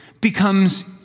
becomes